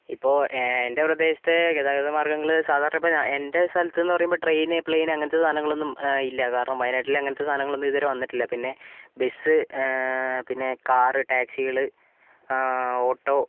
ഇപ്പോൾ ഏ എൻ്റെ പ്രദേശത്തെ ഗതാഗത മാർഗ്ഗങ്ങൾ സാധാരണ ഇപ്പോൾ ഞാൻ എൻ്റെ സ്ഥലത്തെന്ന് പറയുമ്പോൾ ട്രെയിന് പ്ലെയിന് അങ്ങനത്തെ സാനങ്ങളൊന്നും ഇല്ല കാരണം വയനാട്ടിൽ അങ്ങനത്തെ സാനങ്ങളൊന്നും ഇതുവരെ വന്നിട്ടില്ല പിന്നെ ബസ് പിന്നെ കാറ് ടാക്സികൾ ഓട്ടോ